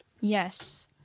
Yes